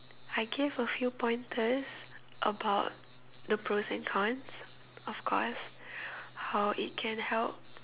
I gave a few pointers about the pros and cons of course how it can help